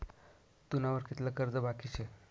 तुना वर कितलं कर्ज बाकी शे